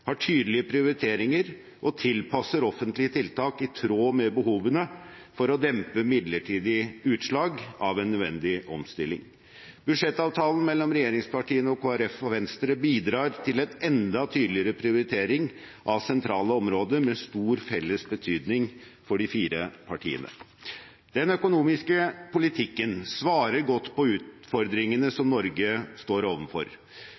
har tydelige prioriteringer og tilpasser offentlige tiltak i tråd med behovene for å dempe midlertidige utslag av en nødvendig omstilling. Budsjettavtalen mellom regjeringspartiene og Kristelig Folkeparti og Venstre bidrar til en enda tydeligere prioritering av sentrale områder av stor felles betydning for de fire partiene. Den økonomiske politikken svarer godt på utfordringene som Norge står